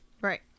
Right